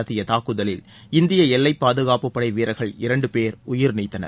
நடத்திய தாக்குதலில் இந்திய எல்லைப் பாதுகாப்புப்படை வீரர்கள் இரண்டு பேர் உயிர் நீத்தனர்